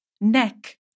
neck